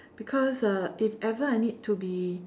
because uh if ever I need to be